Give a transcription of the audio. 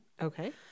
Okay